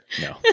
No